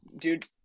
dude